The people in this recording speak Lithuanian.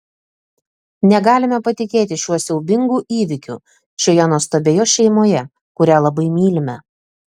negalime patikėti šiuo siaubingu įvykiu šioje nuostabioje šeimoje kurią labai mylime